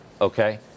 Okay